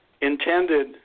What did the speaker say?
intended